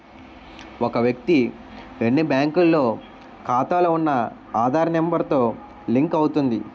ఒక వ్యక్తి ఎన్ని బ్యాంకుల్లో ఖాతాలో ఉన్న ఆధార్ నెంబర్ తో లింక్ అవుతుంది